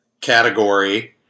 category